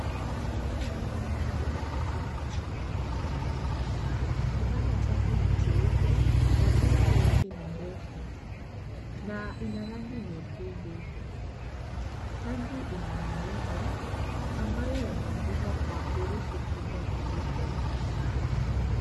Gari kubwa la kubeba maji limesimama, kibanda chake ni cheupe, na tanki yake ni ndefu, na ina rangi nyekundu, tanki ina maneno, ambayo yameandikwa kwa herufi kubwa nyeupe.